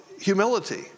humility